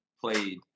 played